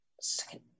second